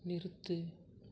நிறுத்து